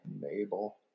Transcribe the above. Mabel